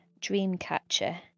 dreamcatcher